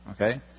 Okay